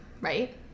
right